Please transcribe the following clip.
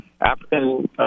African